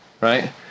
Right